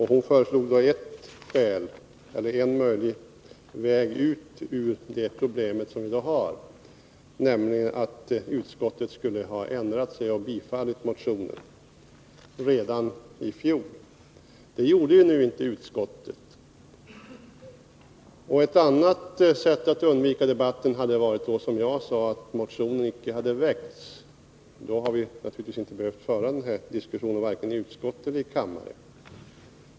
Hon föreslog en möjlig väg ut ur det problem som vi nu har, nämligen att utskottet skulle ha ändrat sig och biträtt motionen redan i fjol. Det gjorde nu inte utskottet. Ett annat sätt att undvika debatten hade, som jag sade, varit att motionen icke hade väckts. Då hade vi naturligtvis inte behövt föra den här diskussionen, varken i utskottet eller i kammaren.